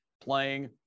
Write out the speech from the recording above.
playing